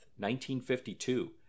1952